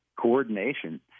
coordination